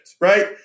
right